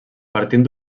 partint